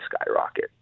skyrocket